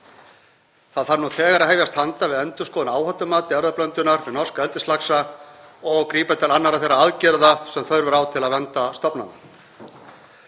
Það þarf nú þegar að hefjast handa við endurskoðun á áhættumati erfðablöndunar við norska eldislaxa og grípa til annarra þeirra aðgerða sem þörf er á til að vernda stofnana,